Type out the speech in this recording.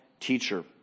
teacher